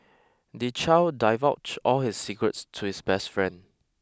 the child divulge all his secrets to his best friend